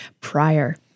prior